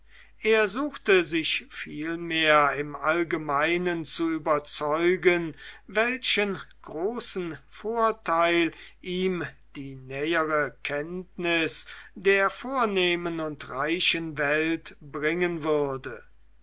er suchte sich vielmehr im allgemeinen zu überzeugen welchen großen vorteil ihm die nähere kenntnis der vornehmen und reichen welt bringen würde